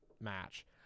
match